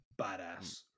badass